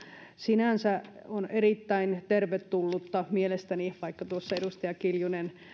sinänsä se on erittäin tervetullutta mielestäni vaikka tuossa edustaja kiljunen